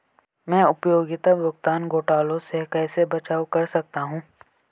मैं उपयोगिता भुगतान घोटालों से कैसे बचाव कर सकता हूँ?